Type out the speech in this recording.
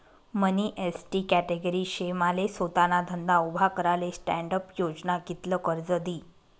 मनी ST category शे माले सोताना धंदा उभा कराले स्टॅण्डअप योजना कित्ल कर्ज दी?